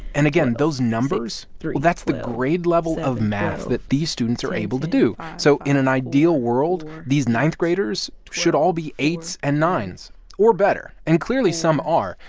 and again, those numbers that's the grade level of math that these students are able to do. so in an ideal world, these ninth-graders should all be eights and nines or better. and clearly, some are.